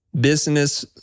business